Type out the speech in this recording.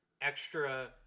extra